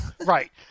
Right